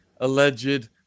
alleged